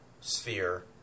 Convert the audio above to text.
sphere